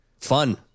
fun